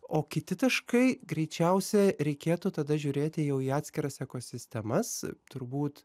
o kiti taškai greičiausia reikėtų tada žiūrėti jau į atskiras ekosistemas turbūt